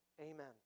Amen